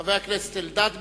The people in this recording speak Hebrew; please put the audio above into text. חבר הכנסת אלדד ביקש,